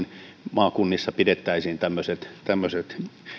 maakunnissa pidettäisiin tämmöiset tämmöiset